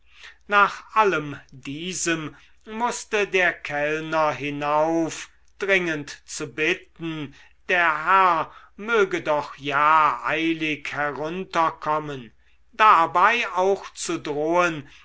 nach allem diesem mußte der kellner hinauf dringend zu bitten der herr möge doch ja eilig herunterkommen dabei auch zu drohen